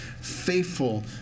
faithful